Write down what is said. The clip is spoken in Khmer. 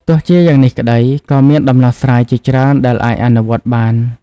ទោះជាយ៉ាងនេះក្តី ក៏មានដំណោះស្រាយជាច្រើនដែលអាចអនុវត្តបាន។